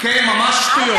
כן, ממש שטויות.